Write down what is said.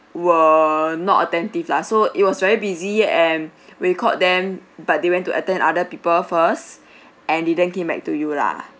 were not attentive lah so it was very busy and when you called them but they went to attend other people first and didn't came back to you lah